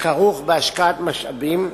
הכרוך בהשקעת משאבים,